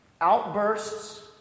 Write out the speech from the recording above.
outbursts